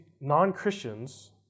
non-Christians